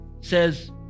says